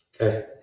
Okay